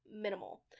minimal